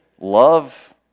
love